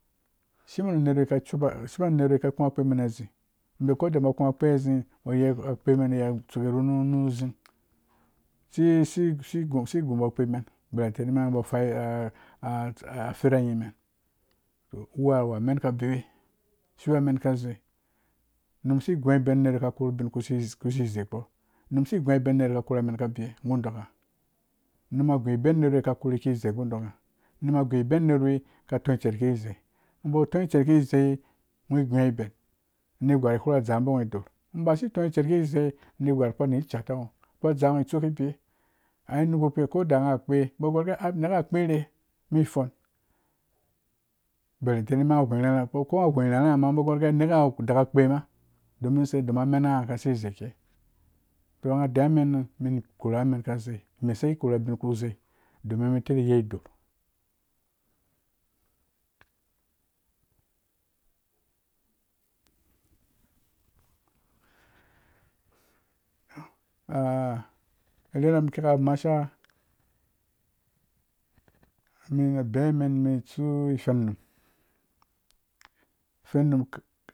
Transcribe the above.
Shimen nu nerwika ciupa shimen nerwi ka kũ akpemen azi koda bo kũkpezi bo yei akpememen ayei atsuke ru zing. si-sigubo a kpeman belen teli bo foi a fira nyiman uwuwa awu amenka bewe shiya amen ka zei unum si guibon nerwi ka korhu bin kpi sizeikpo num guiben nerwi ka korhamen ka bowegu dagangha. numa guiban uner wi ka korhi ki zei gu dokangha num guiban unerwi ka ton itser ki zei nghoba too tser ki zei ngho guiban negwar fura dzaa no ngho idor basi too tser ki zei ne gwas kpirra ni cata ngho kpe dzaa ngho itsok ki bewe a nuna kpi koda ngha akpe bo gogee ngha kperhemen fon bahin tili nghogwong rharha ko gwong rharha so gorgee neke ngha daka akpe ma dominse domin menangha kasi zeike to ngha deiwa men korha men ka zei mesi korha ubin ku zei domin mn titi yei dor ah arherha mun kika maha unum ma bek men tsu whengnum